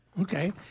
Okay